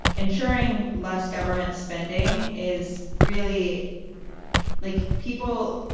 insuring less government spending is really like people.